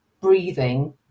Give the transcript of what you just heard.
breathing